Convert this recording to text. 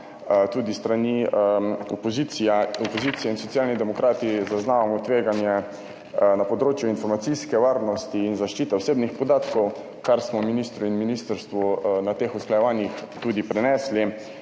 tudi s strani opozicije in Socialni demokrati zaznavamo tveganje na področju informacijske varnosti in zaščite osebnih podatkov, kar smo ministru in ministrstvu na teh usklajevanjih tudi prenesli,